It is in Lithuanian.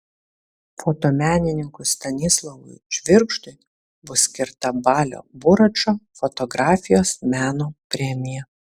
fotomenininkui stanislovui žvirgždui bus skirta balio buračo fotografijos meno premija